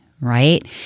right